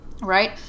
Right